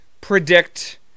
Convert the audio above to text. predict